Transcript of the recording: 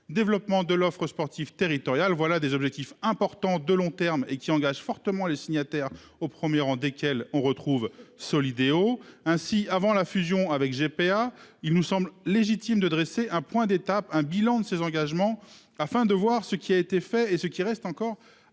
développement de l'offre sportive territoriale voilà des objectifs importants de long terme et qui engage fortement les signataires au 1er rang desquels on retrouve Solideo ainsi avant la fusion avec GPA, il nous semble légitime de dresser un point d'étape, un bilan de ses engagements afin de voir ce qui a été fait et ce qui reste encore à